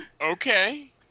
Okay